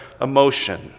emotion